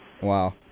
Wow